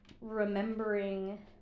remembering